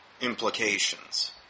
implications